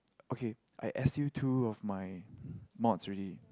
okay I S_U two of my mods already